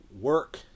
work